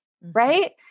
right